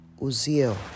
Uziel